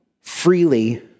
freely